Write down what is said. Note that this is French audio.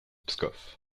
pskov